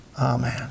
amen